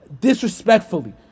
disrespectfully